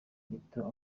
gito